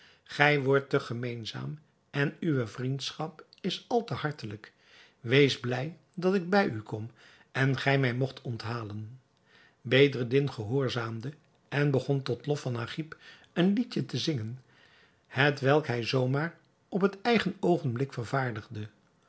gij wordt te gemeenzaam en uwe vriendschap is al te hartelijk wees blij dat ik bij u kom en gij mij moogt onthalen bedreddin gehoorzaamde en begon tot lof van agib een lied te zingen hetwelk hij zoo maar op het eigen oogenblik vervaardigde